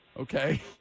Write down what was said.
Okay